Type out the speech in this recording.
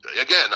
again